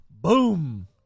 Boom